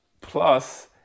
plus